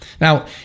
Now